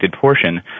portion